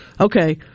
Okay